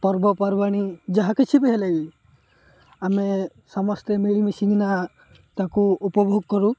ପର୍ବ ପର୍ବାଣି ଯାହା କିଛି ବି ହେଲେ ବି ଆମେ ସମସ୍ତେ ମିଳିମିଶିକି ନା ତା'କୁ ଉପଭୋଗ କରୁ